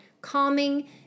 calming